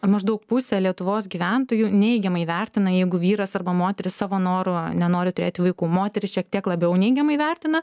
maždaug pusė lietuvos gyventojų neigiamai vertina jeigu vyras arba moteris savo noru nenori turėti vaikų moterys šiek tiek labiau neigiamai vertina